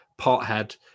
pothead